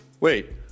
Wait